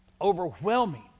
overwhelming